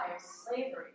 slavery